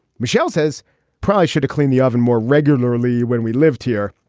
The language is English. michelle says proudly. should clean the oven more regularly. when we lived here,